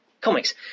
comics